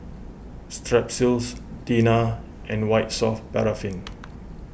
Strepsils Tena and White Soft Paraffin